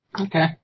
Okay